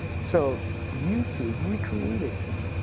so youtube recreated this.